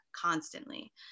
constantly